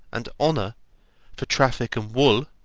and honour for traffic in wool,